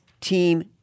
team